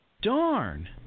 Darn